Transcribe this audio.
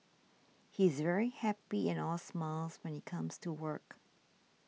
he's very happy and all smiles when he comes to work